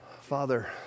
Father